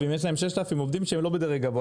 6,000 עובדים שהם לא בדרג גבוה,